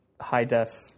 high-def